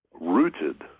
rooted